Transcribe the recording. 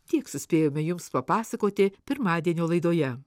tiek suspėjome jums papasakoti pirmadienio laidoje